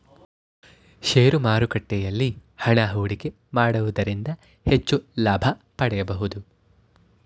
share ಮಾರುಕಟ್ಟೆಯಲ್ಲಿ ಹಣ ಹೂಡಿಕೆ ಮಾಡುವುದರಿಂದ ಹೆಚ್ಚು ಲಾಭ ಪಡೆಯಬಹುದು